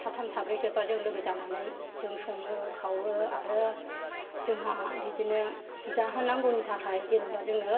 साथाम साब्रैसो बा लोगो जानानै जों सङो खावो आरो जोंहा बिदिनो जाहोनांगौनि थाखाय जेन'बा जोङो